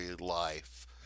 life